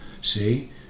See